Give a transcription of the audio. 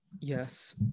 Yes